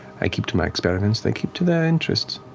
i keep to my experiments, they keep to their interests.